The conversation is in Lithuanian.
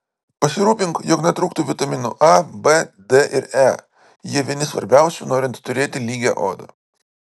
pasirūpink jog netrūktų vitaminų a b d ir e jie vieni svarbiausių norint turėti lygią odą